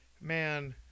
man